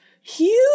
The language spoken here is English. Huge